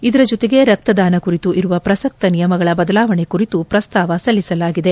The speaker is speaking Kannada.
ಇದರ ಜತೆಗೆ ರಕ್ತದಾನ ಕುರಿತು ಇರುವ ಪ್ರಸಕ್ತ ನಿಯಮಗಳ ಬದಲಾವಣೆ ಕುರಿತು ಪ್ರಸ್ತಾವ ಸಲ್ಲಿಸಲಾಗಿದೆ